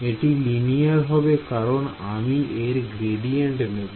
এটি লিনিয়ার হবে কারণ আমি এর গ্রেডিয়েন্ট নেব